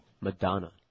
Madonna